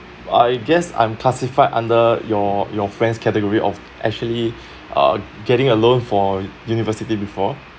I guess I'm classified under your your friend's category of actually uh getting a loan for university before